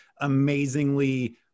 amazingly